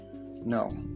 No